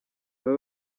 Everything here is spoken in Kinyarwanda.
aha